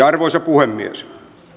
arvoisa puhemies